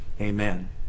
amen